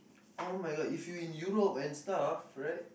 oh-my-god if you in Europe and stuff right